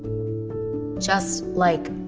just, like,